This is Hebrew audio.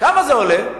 כמה זה עולה?